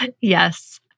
Yes